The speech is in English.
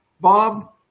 Bob